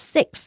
Six